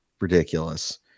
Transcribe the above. ridiculous